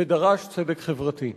ודרש צדק חברתי.